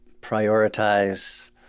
prioritize